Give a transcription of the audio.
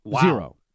Zero